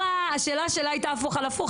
השאלה שלה הייתה הפוך על הפוך,